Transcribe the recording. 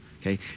Okay